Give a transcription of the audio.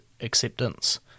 acceptance